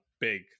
big